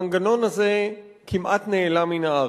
המנגנון הזה כמעט נעלם מן הארץ.